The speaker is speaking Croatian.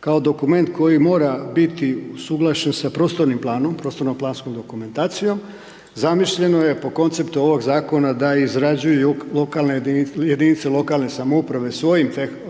kao dokument koji mora biti usuglašen sa prostorno-planskom dokumentacijom, zamišljeno je po konceptu ovoga zakona da izrađuju jedinice lokalne samouprave svojim kadrovskim